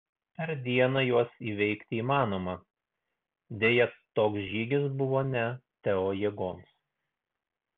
per dieną juos įveikti įmanoma deja toks žygis buvo ne teo jėgoms